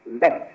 left